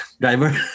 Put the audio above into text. driver